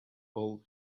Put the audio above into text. all